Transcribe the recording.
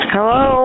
Hello